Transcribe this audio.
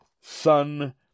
son